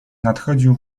nadchodził